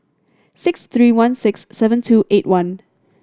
six three one six seven two eight one